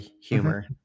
humor